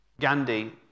Gandhi